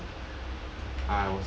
what